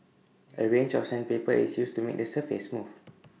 A range of sandpaper is used to make the surface smooth